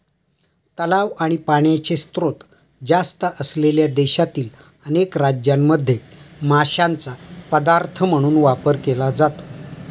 तलाव आणि पाण्याचे स्त्रोत जास्त असलेल्या देशातील अनेक राज्यांमध्ये माशांचा पदार्थ म्हणून वापर केला जातो